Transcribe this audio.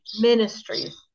Ministries